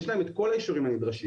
יש להם את כל האישורים הנדרשים.